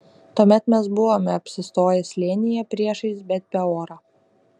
tuomet mes buvome apsistoję slėnyje priešais bet peorą